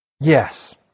Yes